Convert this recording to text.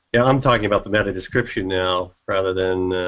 and i'm talking about the matter description now, rather than.